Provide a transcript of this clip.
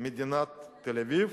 מדינת תל-אביב